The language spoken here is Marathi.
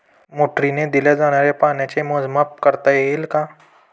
मोटरीने दिल्या जाणाऱ्या पाण्याचे मोजमाप करता येईल का?